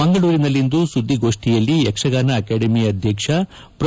ಮಂಗಳೂರಿನಲ್ಲಿಂದು ಸುದ್ದಿಗೋಷ್ಠಿಯಲ್ಲಿ ಯಕ್ಷಗಾನ ಅಕಾಡೆಮಿ ಅಧ್ಯಕ್ಷ ಪ್ರೊ